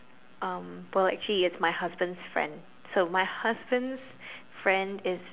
um well actually it's my husband's friend so my husband's friend is